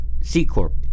C-Corp